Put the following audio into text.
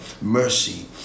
mercy